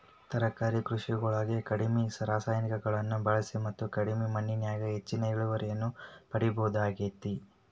ತರಕಾರಿ ಕೃಷಿಯೊಳಗ ಕಡಿಮಿ ರಾಸಾಯನಿಕಗಳನ್ನ ಬಳಿಸಿ ಮತ್ತ ಕಡಿಮಿ ಮಣ್ಣಿನ್ಯಾಗ ಹೆಚ್ಚಿನ ಇಳುವರಿಯನ್ನ ಪಡಿಬೋದಾಗೇತಿ